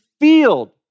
field